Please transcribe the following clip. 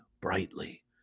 brightly